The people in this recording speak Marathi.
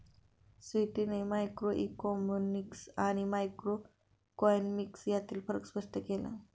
स्वीटीने मॅक्रोइकॉनॉमिक्स आणि मायक्रोइकॉनॉमिक्स यांतील फरक स्पष्ट केला